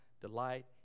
delight